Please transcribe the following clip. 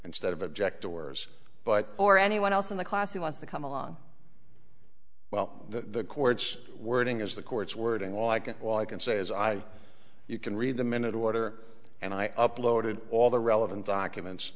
instead of object doors but or anyone else in the class who wants to come along well the court's wording is the court's wording all i can all i can say is i you can read the minutes order and i uploaded all the relevant documents